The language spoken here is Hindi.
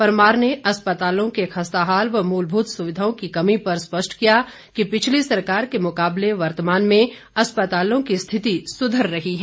परमार ने अस्पतालों के खस्ताहाल व मूलभूत सुविधाओं की कमी पर स्पष्ट किया कि पिछली सरकार के मुकाबले वर्तमान में अस्पतालों की स्थिति सुधर रही है